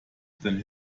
than